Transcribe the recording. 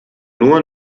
nur